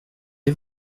est